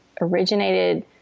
originated